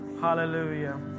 Hallelujah